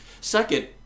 Second